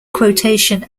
quotation